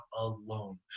alone